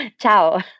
ciao